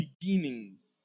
beginnings